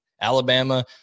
alabama